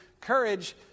courage